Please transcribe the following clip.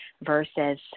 versus